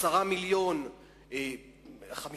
15 מיליון,